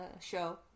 show